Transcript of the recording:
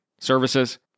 services